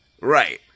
Right